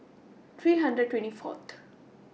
three hundred and twenty Fourth